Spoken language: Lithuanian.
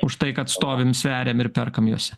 už tai kad stovim sveriam ir perkam jose